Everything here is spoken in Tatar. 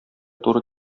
туры